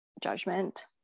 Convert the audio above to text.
judgment